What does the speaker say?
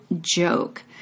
joke